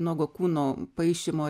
nuogo kūno paišymo